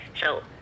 So-